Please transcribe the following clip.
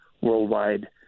worldwide